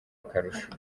akarusho